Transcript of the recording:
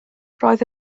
roedd